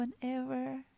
whenever